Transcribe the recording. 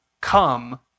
Come